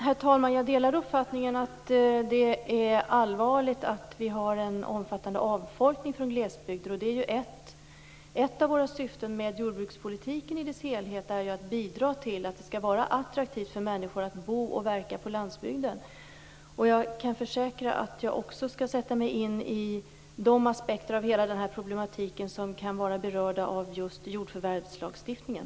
Herr talman! Jag delar uppfattningen att det är allvarligt att vi har en omfattande avfolkning i glesbygderna. Ett av våra syften med jordbrukspolitiken i dess helhet är ju att bidra till att det skall vara attraktivt för människor att bo och verka på landsbygden. Jag kan försäkra att jag också skall sätta mig in i de aspekter på hela den här problematiken som kan beröra just jordförvärvslagstiftningen.